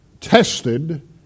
tested